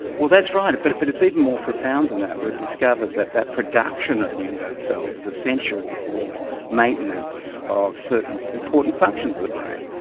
well, that's right, but but it's even more profound than that. we've discovered that that production of new nerve cells is essential for maintenance of certain important functions of the brain.